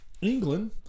England